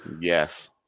Yes